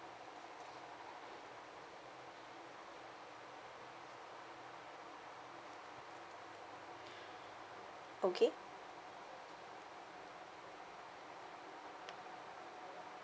okay